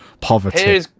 Poverty